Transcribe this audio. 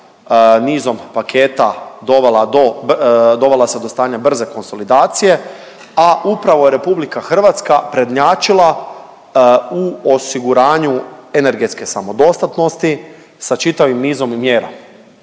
nizom paketa dovela do, dovela se do stanja brze konsolidacije, a upravo je RH prednjačila u osiguranju energetske samodostatnosti sa čitavim nizom mjera.